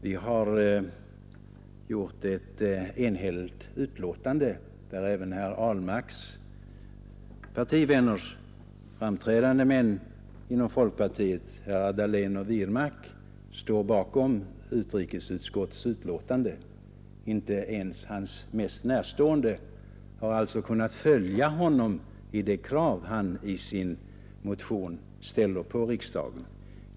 Vi har gjort ett enhälligt betänkande, och även herr Ahlmarks partivänner — framstående män inom folkpartiet: herrar Dahlén och Wirmark — står bakom utrikesutskottets betänkande. Inte ens hans mest närstående har alltså kunnat följa honom i de krav som han i sin motion ställer på riksdagen.